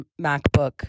MacBook